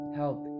help